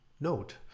Note